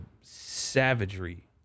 savagery